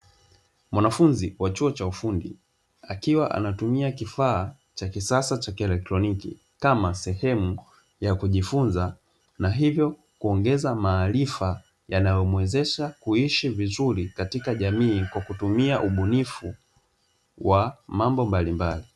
Mwanafunzi wa chuo cha ufundi akiwa anatumia kifaa cha kisasa cha kielektroniki, kama sehemu ya kujifunza na hivyo kuongeza maarifa yanayomuwezesha kuishi vizuri katika jamii kwa kutumia ubunifu wa mambo mbalimbali.